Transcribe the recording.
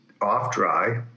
off-dry